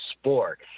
sport